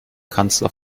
kanzler